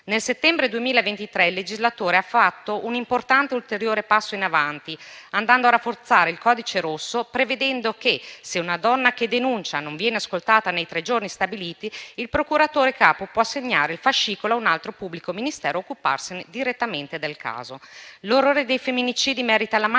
Nel settembre 2023, il legislatore ha fatto un importante ulteriore passo in avanti andando a rafforzare il codice rosso, prevedendo che, se una donna che denuncia non viene ascoltata nei tre giorni stabiliti, il procuratore capo può assegnare il fascicolo ad un altro pubblico ministero o occuparsi direttamente del caso.